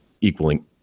equaling